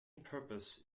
purpose